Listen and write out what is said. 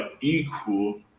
equal